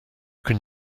can